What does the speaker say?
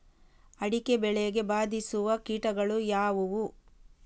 ಅಡಿಕೆ ಬೆಳೆಗೆ ಬಾಧಿಸುವ ಕೀಟಗಳು ಯಾವುವು?